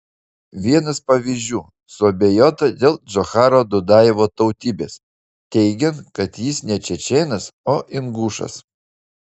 vienas pavyzdžių suabejota dėl džocharo dudajevo tautybės teigiant kad jis ne čečėnas o ingušas